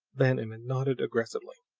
van emmon nodded aggressively.